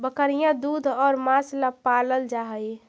बकरियाँ दूध और माँस ला पलाल जा हई